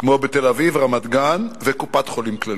כמו בתל-אביב ורמת-גן, וקופת-חולים כללית.